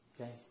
Okay